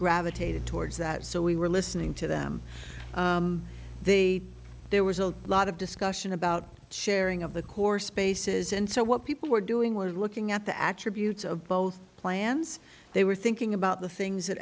gravitated towards that so we were listening to them there was a lot of discussion about sharing of the core spaces and so what people were doing was looking at the actual buttes of both plans they were thinking about the things that